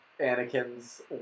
Anakin's